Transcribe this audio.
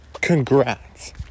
Congrats